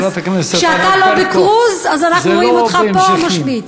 חברת הכנסת ענת ברקו, זה לא בהמשכים.